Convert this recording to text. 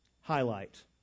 Highlight